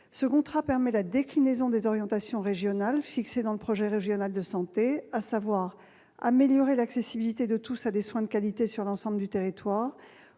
Ce contrat permet la déclinaison des orientations régionales fixées dans le projet régional de santé : améliorer l'accessibilité de tous à des soins de qualité sur l'ensemble du territoire,